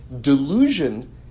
delusion